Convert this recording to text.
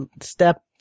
step